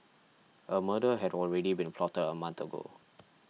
a murder had already been plotted a month ago